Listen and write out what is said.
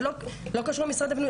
זה לא קשור למשרד הבינוי.